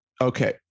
Okay